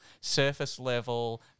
surface-level